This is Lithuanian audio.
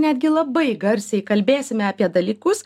netgi labai garsiai kalbėsime apie dalykus